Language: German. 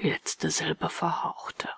die letzte silbe verhauchte